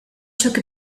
took